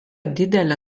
didelę